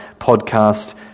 podcast